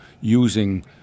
using